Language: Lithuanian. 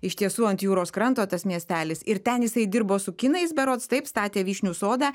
iš tiesų ant jūros kranto tas miestelis ir ten jisai dirbo su kinais berods taip statė vyšnių sodą